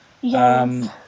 Yes